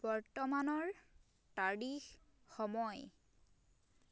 বৰ্তমানৰ তাৰিখ সময়